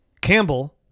Campbell